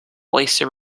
oyster